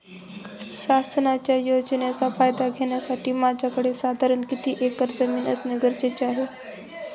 शासनाच्या योजनेचा फायदा घेण्यासाठी माझ्याकडे साधारण किती एकर जमीन असणे गरजेचे आहे?